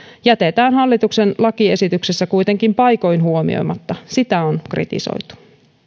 jätetään hallituksen lakiesityksessä kuitenkin paikoin huomioimatta sitä on kritisoitu